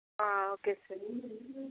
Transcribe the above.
okay sir